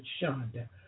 Shonda